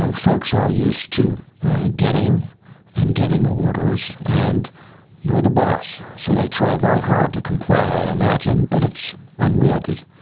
um folks are used to getting and giving orders and you're the boss. so, they try very hard to comply, i imagine, but it's unwieldy.